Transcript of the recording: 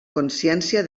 consciència